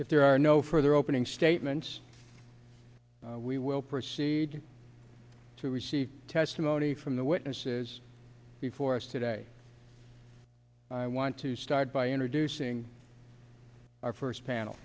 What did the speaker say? if there are no further opening statements we will proceed to receive testimony from the witnesses before us today i want to start by introducing our first panel